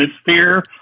Atmosphere